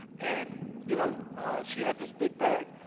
and you know she had this big bag.